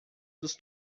dos